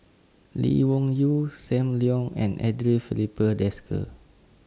Lee Wung Yew SAM Leong and Andre Filipe Desker